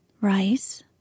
Rice